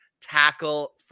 tackle